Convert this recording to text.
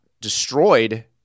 destroyed